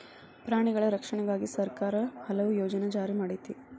ಪ್ರಾಣಿಗಳ ರಕ್ಷಣೆಗಾಗಿನ ಸರ್ಕಾರಾ ಹಲವು ಯೋಜನೆ ಜಾರಿ ಮಾಡೆತಿ